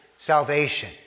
Salvation